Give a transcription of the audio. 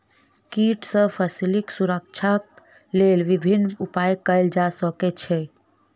कीट सॅ फसीलक सुरक्षाक लेल विभिन्न उपाय कयल जा सकै छै